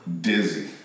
dizzy